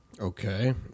Okay